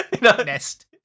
nest